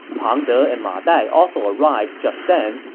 pang de and ma dai also arrived just then,